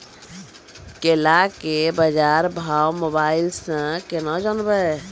केला के बाजार भाव मोबाइल से के ना जान ब?